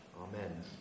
Amen